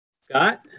Scott